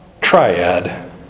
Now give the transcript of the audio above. triad